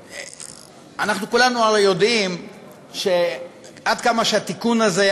אנחנו כולנו הרי יודעים שעד כמה שהתיקון הזה,